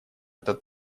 этот